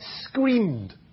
screamed